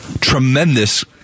tremendous